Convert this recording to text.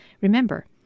Remember